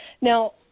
Now